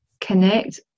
connect